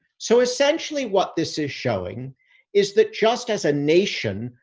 so essentially what this is showing is that just as a nation,